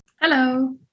hello